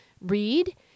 Read